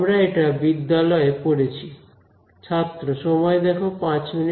আমরা এটা বিদ্যালয় এ পড়েছি